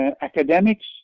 academics